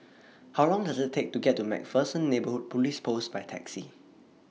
How Long Does IT Take to get to MacPherson Neighbourhood Police Post By Taxi